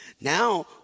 Now